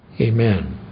Amen